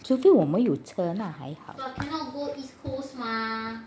除非我们有车那还好